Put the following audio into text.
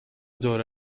دور